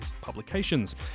publications